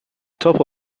top